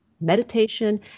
meditation